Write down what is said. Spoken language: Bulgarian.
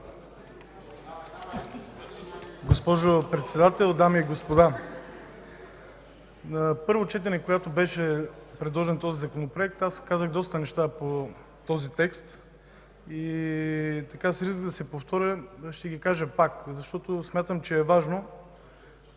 Госпожо Председател, дами и господа! На първо четене, когато беше предложен този Законопроект, аз казах доста неща по този текст. С риск да се повторя, ще ги кажа пак, защото смятам, че е важно.